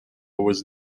was